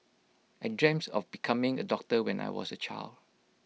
I dreams of becoming A doctor when I was A child